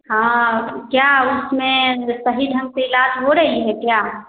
हाँ क्या उसमें सही ढंग से इलाज हो रहा है क्या